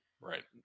Right